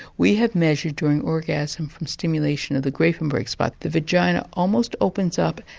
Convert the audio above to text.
we have measured during orgasm from stimulation of the grafenberg spot the vagina almost opens up,